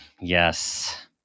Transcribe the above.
Yes